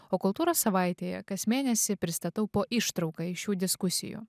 o kultūros savaitėje kas mėnesį pristatau po ištrauką iš šių diskusijų